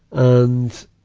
and,